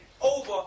over